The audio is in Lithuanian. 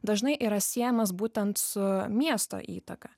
dažnai yra siejamas būtent su miesto įtaka